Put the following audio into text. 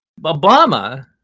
Obama